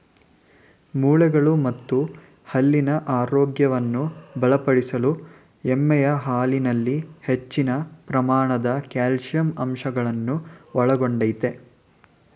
ಮೂಳೆಗಳು ಮತ್ತು ಹಲ್ಲಿನ ಆರೋಗ್ಯವನ್ನು ಬಲಪಡಿಸಲು ಎಮ್ಮೆಯ ಹಾಲಿನಲ್ಲಿ ಹೆಚ್ಚಿನ ಪ್ರಮಾಣದ ಕ್ಯಾಲ್ಸಿಯಂ ಅಂಶಗಳನ್ನು ಒಳಗೊಂಡಯ್ತೆ